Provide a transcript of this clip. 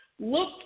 Look